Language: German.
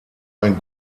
ein